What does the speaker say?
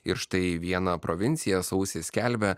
ir štai viena provincija sausį skelbia